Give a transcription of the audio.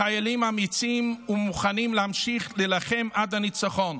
החיילים אמיצים ומוכנים להמשיך להילחם עד הניצחון.